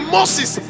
Moses